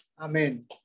Amen